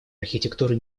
архитектуры